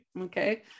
okay